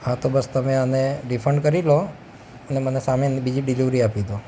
હા તો બસ તમે આને રિફંડ કરી લો અને મને સામે એની બીજી ડેલિવરી આપી દો